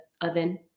oven